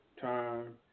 time